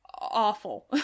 awful